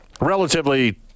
Relatively